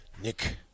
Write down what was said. Nick